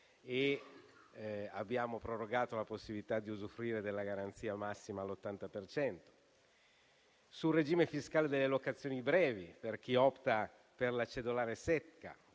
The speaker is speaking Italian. e abbiamo prorogato la possibilità di usufruire della garanzia massima all'80 per cento. Sul regime fiscale delle locazioni brevi, per chi opta per la cedolare secca,